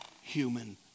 human